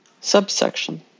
Subsection